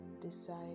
decide